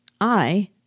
I